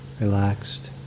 relaxed